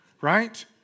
Right